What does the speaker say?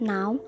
Now